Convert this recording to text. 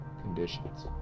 conditions